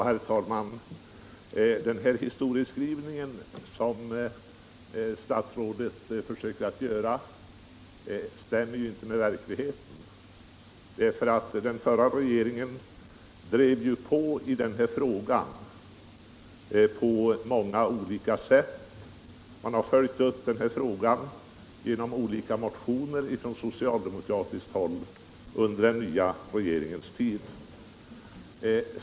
Herr talman! Den historieskrivning som statsrådet försöker sig på stämmer inte med verkligheten. Den förra regeringen drev ju på i den här frågan på många olika sätt, och man har från socialdemokratiskt håll följt upp detta genom motioner under den nya regeringens tid.